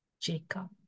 Jacob